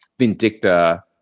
Vindicta